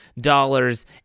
dollars